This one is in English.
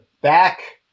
back